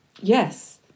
Yes